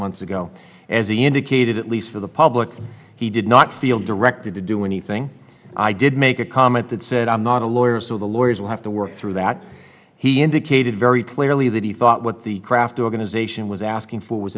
months ago as he indicated at least to the public that he did not feel directed to do anything i did make a comment that said i'm not a lawyer so the lawyers will have to work through that he indicated very clearly that he thought what the craft organization was asking for was